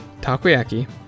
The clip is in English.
Takoyaki